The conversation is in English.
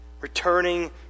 returning